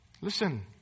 Listen